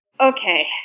Okay